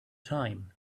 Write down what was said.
time